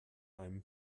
einem